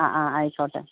ആ ആ ആയിക്കോട്ടെ